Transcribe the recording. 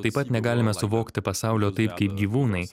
taip pat negalime suvokti pasaulio taip kaip gyvūnai